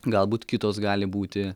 galbūt kitos gali būti